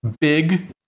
Big